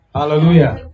Hallelujah